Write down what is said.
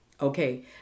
Okay